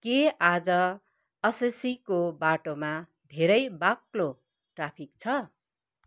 के आज असस्सीको बाटोमा धेरै बाक्लो ट्राफिक छ